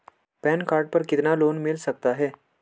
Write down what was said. Pan card पर कितना loan मिल सकता है?